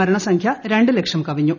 മരണ സംഖ്യ രണ്ട് ലക്ഷം കവിഞ്ഞു